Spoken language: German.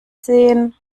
sehen